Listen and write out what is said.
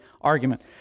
argument